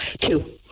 Two